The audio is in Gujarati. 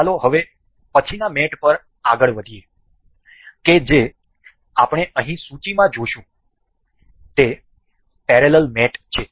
તો ચાલો હવે પછીનાં મેટ પર આગળ વધીએ કે જે આપણે અહીં સૂચિમાં જોશું જે પેરેલલ મેટ છે